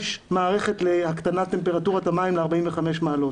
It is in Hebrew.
מערכת להקטנת טמפרטורת המים ל-45 מעלות.